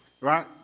Right